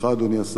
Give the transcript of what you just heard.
אדוני השר,